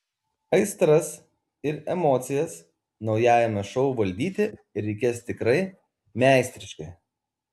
aistras ir emocijas naujajame šou valdyti reikės tikrai meistriškai